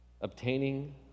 obtaining